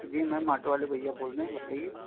جی ma'am auto والے بھیا بول رہے ہیں بتائیے